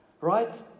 Right